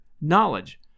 knowledge